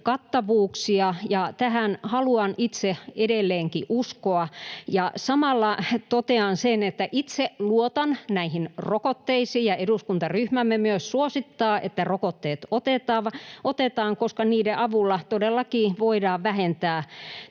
rokotekattavuuksia, ja tähän haluan itse edelleenkin uskoa. Samalla totean sen, että itse luotan näihin rokotteisiin ja myös eduskuntaryhmämme suosittaa, että rokotteet otetaan, koska niiden avulla todellakin voidaan vähentää